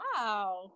Wow